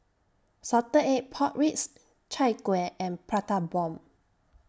Salted Egg Pork Ribs Chai Kueh and Prata Bomb